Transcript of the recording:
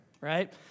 right